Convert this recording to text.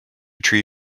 tree